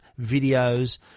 videos